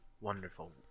Wonderful